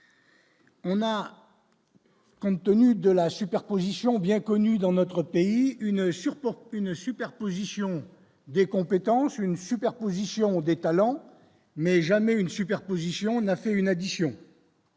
On a, compte tenu de la superposition bien connu dans notre pays une sur une superposition des compétences, une superposition des talents, mais jamais une superposition a fait une addition